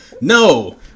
No